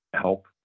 help